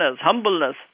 humbleness